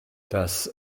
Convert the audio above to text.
das